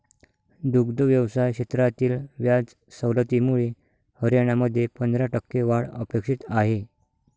दुग्ध व्यवसाय क्षेत्रातील व्याज सवलतीमुळे हरियाणामध्ये पंधरा टक्के वाढ अपेक्षित आहे